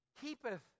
Keepeth